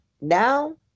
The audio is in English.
now